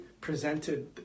presented